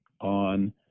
on